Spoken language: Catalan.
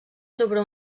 sobre